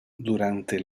durante